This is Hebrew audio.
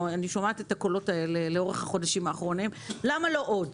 אני שומעת את הקולות האלה לאורך החודשים האחרונים למה לא עוד?